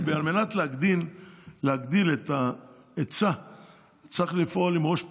על מנת להגדיל את ההיצע צריך לפעול בראש פתוח.